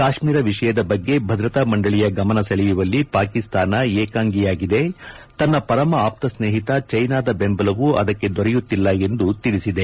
ಕಾಶ್ಮೀರ ವಿಷಯದ ಬಗ್ಗೆ ಭದ್ರತಾ ಮಂಡಳಿಯ ಗಮನ ಸೆಳೆಯುವಲ್ಲಿ ಪಾಕಿಸ್ತಾನ ಏಕಾಂಗಿಯಾಗಿದೆ ತನ್ನ ಪರಮ ಆಪ್ತ ಸ್ನೇಹಿತ ಚೀನಾದ ಬೆಂಬಲವೂ ಅದಕ್ಕೆ ದೊರೆಯುತ್ತಿಲ್ಲ ಎಂದು ತಿಳಿಸಿದೆ